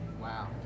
Wow